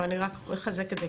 אבל אני רק אחזק את זה,